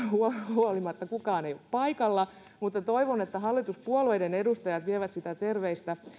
huolimatta kukaan ei ole paikalla toivon että hallituspuolueiden edustajat vievät sitä terveistä